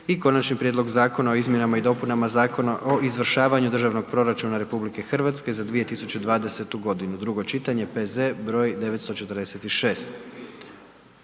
- Konačni prijedlog Zakona o izmjenama i dopunama Zakona o izvršavanju Državnog proračuna Republike Hrvatske za 2020. godinu, drugo čitanje, P.Z. br. 946;